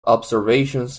observations